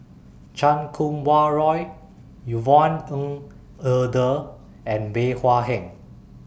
Chan Kum Wah Roy Yvonne Ng Uhde and Bey Hua Heng